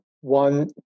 One